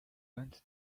went